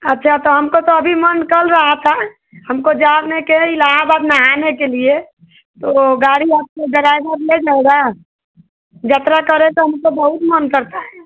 अच्छा तो हमको तो अभी मैं निकल रहा था हमको जाने के इलाहाबाद नहाने के लिए तो गाड़ी आपके डराइवर ले जाएगा यात्रा करे का मतलब बहुत मन करता है